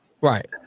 Right